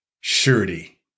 surety